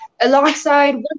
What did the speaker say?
alongside